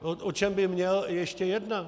O čem by měl ještě jednat?